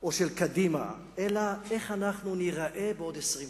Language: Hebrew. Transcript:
או של קדימה, אלא איך אנחנו ניראה בעוד 20 שנה,